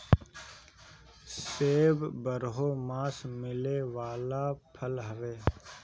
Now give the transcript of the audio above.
सेब बारहोमास मिले वाला फल हवे